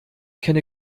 kenne